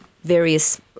various